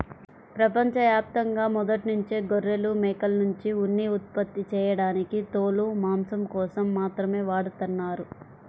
ప్రపంచ యాప్తంగా మొదట్నుంచే గొర్రెలు, మేకల్నుంచి ఉన్ని ఉత్పత్తి చేయడానికి తోలు, మాంసం కోసం మాత్రమే వాడతన్నారు